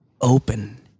open